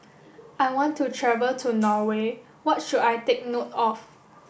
I want to travel to Norway what should I take note of